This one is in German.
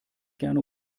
gerne